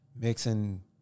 mixing